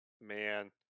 man